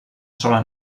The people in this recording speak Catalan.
sola